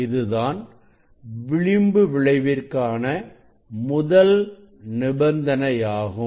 இதுதான் விளிம்பு விளைவிற்கான முதல் நிபந்தனையாகும்